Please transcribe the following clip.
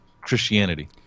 Christianity